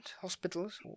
hospitals